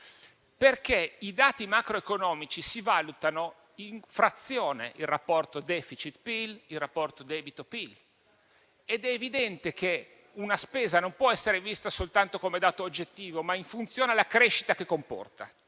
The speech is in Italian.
Perché i dati macroeconomici si valutano in frazione: il rapporto *deficit*-PIL ed il rapporto debito-PIL. Ed è evidente che una spesa non può essere valutata soltanto come dato oggettivo, ma in funzione della crescita che comporta.